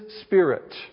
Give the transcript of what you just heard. Spirit